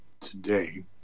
today